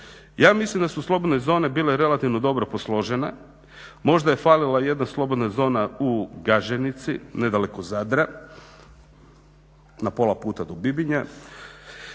Ja mislim da su slobodne zone bile relativno dobro posložene, možda je falila jedna slobodna zona u Gaženici nedaleko od Zadra na pola puta do Bibinja,